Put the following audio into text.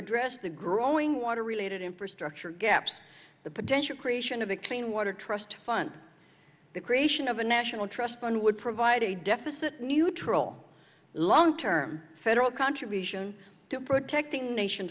address the growing water related infrastructure gaps the potential creation of a clean water trust fund the creation of a national trust fund would provide a deficit neutral long term federal contribution to protecting nation